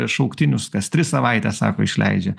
šauktinius kas tris savaites sako išleidžia